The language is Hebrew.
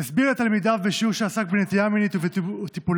הסביר לתלמידיו בשיעור שעסק בנטייה מינית וטיפולי